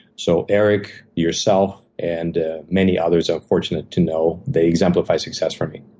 so eric, yourself, and many others i'm fortunate to know, they exemplify success for me.